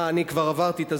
אה, אני כבר עברתי את הזמן.